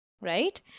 Right